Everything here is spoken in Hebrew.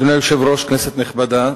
אדוני היושב-ראש, כנסת נכבדה,